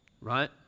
Right